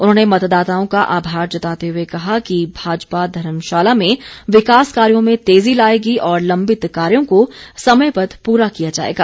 उन्होंने मतदाताओं का आभार जताते हुए कहा कि भाजपा धर्मशाला में विकास कार्यों में तेजी लाएगी और लम्बित कार्यों को समयबद्ध पूरा किया जाएगा